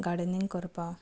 gardening करपा